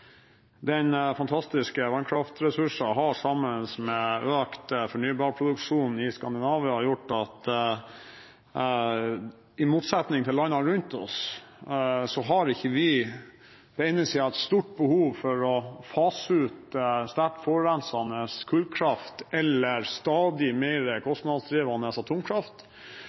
Den fantastiske vannkraftressursen har, sammen med økt fornybar energiproduksjon i Skandinavia, gjort at vi, i motsetning til landene rundt oss, ikke har hatt et stort behov for å fase ut sterkt forurensende kullkraft eller stadig mer